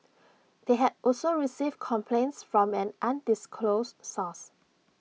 they had also received complaints from an undisclosed source